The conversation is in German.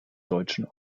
deutschen